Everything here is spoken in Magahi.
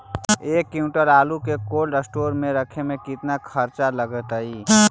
एक क्विंटल आलू के कोल्ड अस्टोर मे रखे मे केतना खरचा लगतइ?